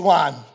one